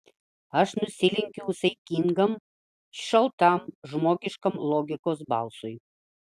aš nusilenkiau saikingam šaltam žmogiškam logikos balsui